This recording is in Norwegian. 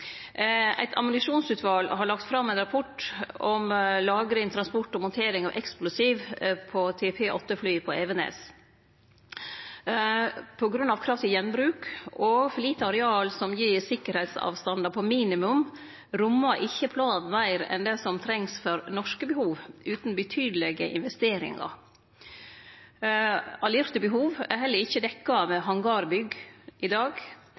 Eit ammunisjonsutval har lagt fram ein rapport om lagring, montering og transport av eksplosiv til P-8-fly på Evenes. På grunn av krav til gjenbruk og lite areal, som gir sikkerheitsavstandar på minimum, rommar ikkje planen meir enn det som trengst for norske behov utan betydelege investeringar. Allierte behov er heller ikkje dekte av hangarbygg i dag,